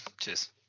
Cheers